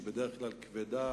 שהיא בדרך כלל כבדה,